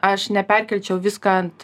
aš neperkelčiau viską ant